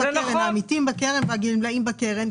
העמיתים והגמלאים בקרן.